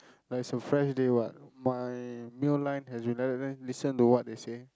like it's a fresh day what my Mio line has never even listen to what they say